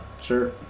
sure